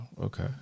Okay